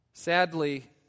Sadly